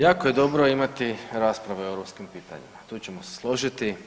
Jako je dobro imati rasprave o europskim pitanjima, tu ćemo se složiti.